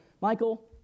Michael